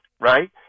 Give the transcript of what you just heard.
right